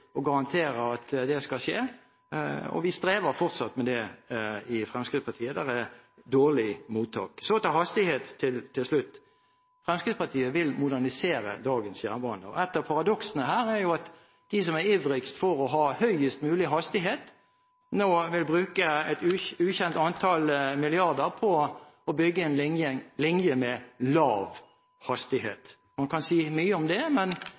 å garantere at det skal skje, og vi strever fortsatt med det i Fremskrittspartiet. Det er dårlig mottak. Så til hastighet til slutt. Fremskrittspartiet vil modernisere dagens jernbane. Et av paradoksene her er at de som er ivrigst for å ha høyest mulig hastighet, nå vil bruke et ukjent antall milliarder på å bygge en linje med lav hastighet. Man kan si mye om det,